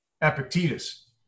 Epictetus